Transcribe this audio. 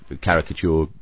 caricature